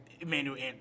Emmanuel